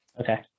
okay